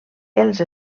els